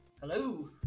Hello